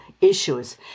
issues